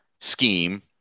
scheme